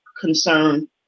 concern